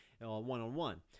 one-on-one